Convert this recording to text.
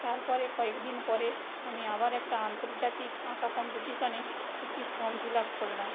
তারপরে কয়েকদিন পরে আমি আবার একটা আন্তর্জাতিক আঁকা কম্পিটিশানে একটি ফর্ম ফিলাপ করলাম